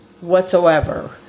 whatsoever